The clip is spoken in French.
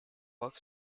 roch